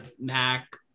Mac